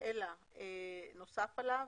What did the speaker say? אלא נוסף עליו,